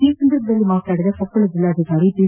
ಈ ಸಂದರ್ಭದಲ್ಲಿ ಮಾತನಾಡಿದ ಕೊಪ್ಪಳ ಜಿಲ್ಲಾಧಿಕಾರಿ ಪಿ